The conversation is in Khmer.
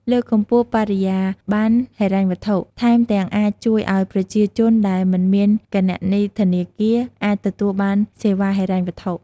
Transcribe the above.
លើកកម្ពស់បរិយាប័ន្នហិរញ្ញវត្ថុ ថែមទាំងអាចជួយឲ្យប្រជាជនដែលមិនមានគណនីធនាគារ អាចទទួលបានសេវាហិរញ្ញវត្ថុ។